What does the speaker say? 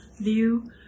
view